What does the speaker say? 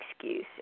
excuse